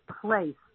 place